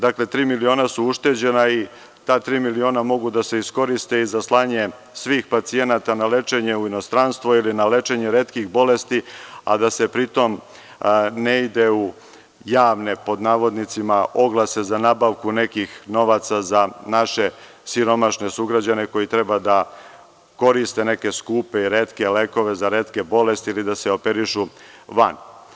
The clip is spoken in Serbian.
Znači, tri miliona su ušteđena i ta tri miliona mogu da se iskoriste i za slanje svih pacijenata za lečenje u inostranstvo ili na lečenje retkih bolesti, a da se pri tom ne ide u javne, pod navodnicima, oglase za nabavku nekih novaca za naše siromašne sugrađane koji treba da koriste neke skupe i retke lekove, za retke bolesti, ili da se operišu van.